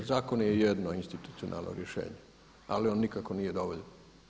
Zakon je jedno institucionalno rješenje, ali on nikako nije dovoljan.